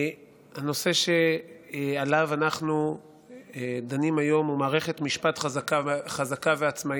הנושא שעליו אנחנו דנים היום הוא מערכת משפט חזקה ועצמאית.